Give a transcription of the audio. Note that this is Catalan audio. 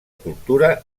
cultura